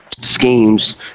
schemes